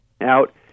out